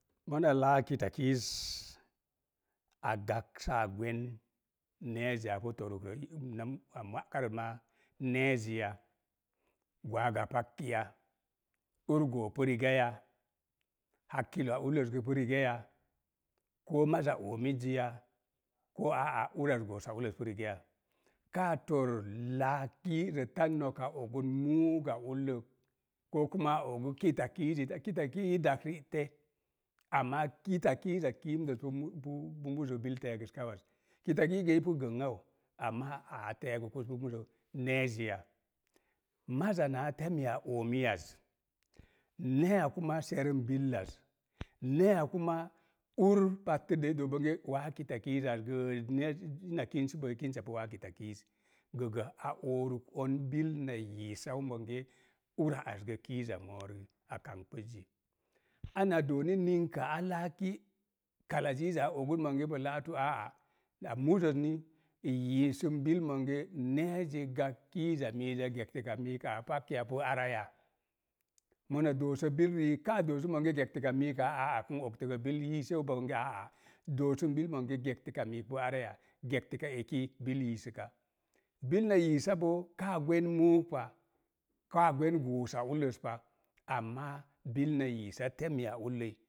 Muna laak kitakiiz, a gakp saa gwen ne̱ɛzi apu torkrə inam ma'karə maa, ne̱e̱ziya, gwaaga pakki ya? Ur goopu rigaya. Hakkiloa ulloz gə pu rigaya? Koo maza oomizziya? Koo aa a uraz goosa ulloz pu rigaya? Kaa tor laak ki'rə tan no̱k a ogun munga ullok, koo kuma a ogu kitakiizi da, kitakiyi i daks ri'te, aru kitakiiza kiimdəz pu mu' pu muzə bil tɛe̱gəskauwaz. Kitaki'gə ip gəngna wo, amma a a te̱e̱gukuz pu muzə. Ne̱e̱ ziya? Maza naa teiya oomiiyaz, ne̱e̱ya kuma serum billaz, ne̱e̱ya kuma ur patturde i doo bonge waa kitakii zaz gə ne̱e̱z, ina kinsu gə i kinsa pu wa kitakiiz. Gəgə a oruk on bilna yiisau monge ura az gə kiiza mo̱ørə a kamkpuzzi. Ana doo ni ninka a ka ki'kala ziiza a oguz monge bo laatu, aa á, na muzoz ni yiisəm bil monge ne̱e̱zi gakp kiiza miiz ya? Gəktəka miikaa pak ya? Pu ara ya? Mona doosə bil rii, kaa doosu monge gəktəka miikaa aa ák, n ogtəgə bil yiiseu pa, bonge aa á, doosum bil monge gəktəko miik pu araya? Gəktəka eki bil yiisəka. Bilna yiisa boo ka gwen muuk pa, kaa gwen goosa ullos pa, amma bilna yiisa teiya ulloi